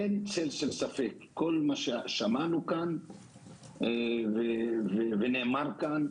אין צל של ספק, כל מה ששמענו כאן ונאמר כאן צודק.